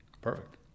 Perfect